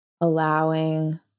allowing